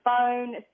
phone